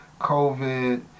covid